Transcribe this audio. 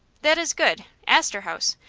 that is good! astor house?